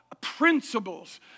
Principles